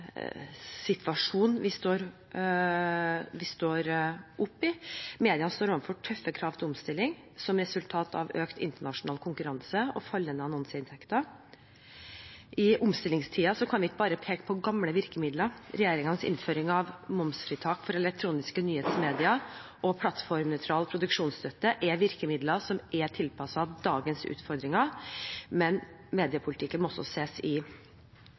vi står oppe i. Mediene står overfor tøffe krav til omstilling som resultat av økt internasjonal konkurranse og fallende annonseinntekter. I omstillingstider kan vi ikke bare peke på gamle virkemidler. Regjeringens innføring av momsfritak for elektroniske nyhetsmedier og plattformnøytral produksjonsstøtte er virkemidler som er tilpasset dagens utfordringer, men mediepolitikken må også ses i sammenheng. Der skal denne sal være med på å ta viktige beslutninger i